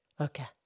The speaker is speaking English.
Okay